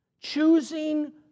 choosing